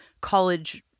college